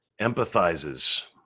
empathizes